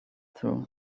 through